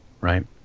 right